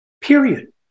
Period